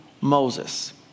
Moses